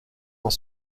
dans